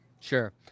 Sure